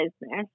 business